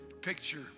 picture